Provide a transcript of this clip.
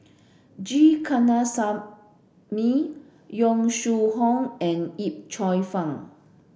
G Kandasamy Yong Shu Hoong and Yip Cheong Fun